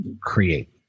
create